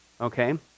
okay